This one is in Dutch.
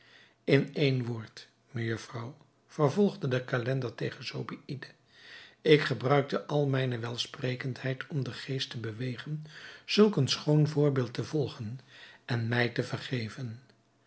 in één woord mejufvrouw vervolgde de calender tegen zobeïde ik gebruikte al mijne welsprekendheid om den geest te bewegen zulk een schoon voorbeeld te volgen en mij te vergeven